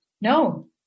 No